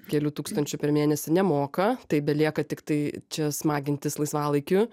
kelių tūkstančių per mėnesį nemoka tai belieka tiktai čia smagintis laisvalaikiu